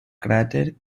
cráter